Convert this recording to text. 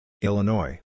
Illinois